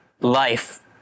life